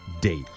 date